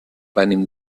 venim